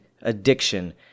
addiction